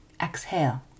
exhale